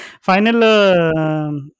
Final